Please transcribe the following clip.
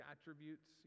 attributes